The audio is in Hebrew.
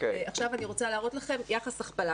עכשיו אני רוצה להראות לכם יחס הכפלה.